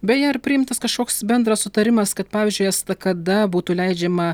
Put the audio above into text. beje ar priimtas kažkoks bendras sutarimas kad pavyzdžiui estakada būtų leidžiama